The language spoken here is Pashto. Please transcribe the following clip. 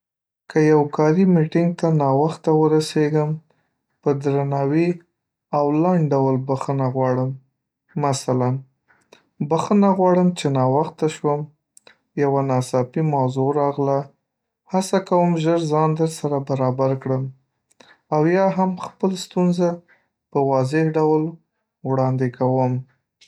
که یو کاري میټنګ ته ناوخته ورسېږم، په درناوي او لنډ ډول بښنه غواړم مثلاً: بخښنه غواړم چې ناوخته شوم، یوه ناڅاپي موضوع راغله هڅه کوم ژر ځان درسره برابر کړم او یا هم خپل ستونزه په واضح ډول وړاندې کوم.